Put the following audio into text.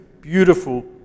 beautiful